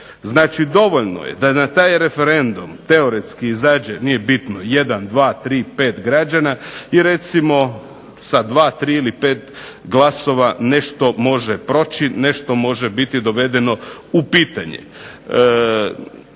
Znači dovoljno je da na taj referendum teoretski izađe 1, 2, 3, 5 građana i recimo sa 2, 3 ili 5 glasova nešto može proći, nešto može biti dovedeno u pitanje,